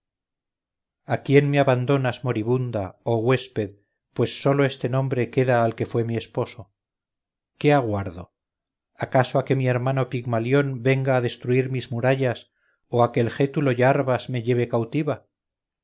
a quién me abandonas moribunda oh huésped pues sólo este nombre queda al que fue mi esposo qué aguardo acaso a que mi hermano pigmalión venga a destruir mis murallas o a que el gétulo iarbas me lleve cautiva